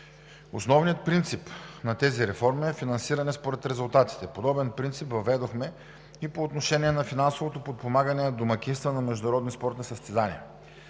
Основният принцип на тези реформи е финансиране според резултатите. Подобен принцип въведохме и по отношение на финансовото подпомагане на домакинства на международни спортни състезания.